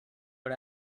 but